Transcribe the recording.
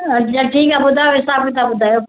अछा ठीकु आहे पोइ तव्हां ॿुधायो हिसाबु क़िताबु ॿुधायो